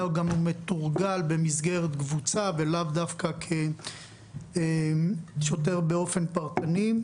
הוא גם מתורגל במסגרת קבוצה ולאו דווקא כשוטר באופן פרטני.